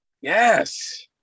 Yes